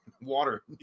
water